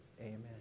Amen